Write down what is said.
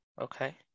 okay